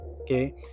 okay